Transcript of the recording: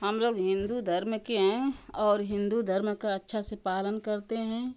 हम लोग हिंदू धर्म के हैं और हिंदू धर्म का अच्छा से पालन करते हैं